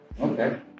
Okay